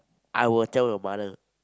I will tell your mother